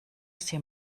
ser